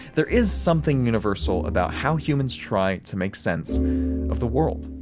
there is something universal about how humans try to make sense of the world.